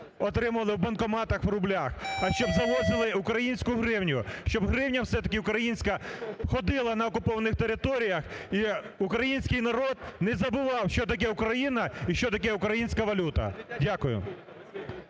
отримували в банкоматах в рублях, а щоб завозили українську гривню, щоб гривня все-таки українська ходила на окупованих територіях і український народ не забував, що таке Україна і що таке українська валюта. Дякую.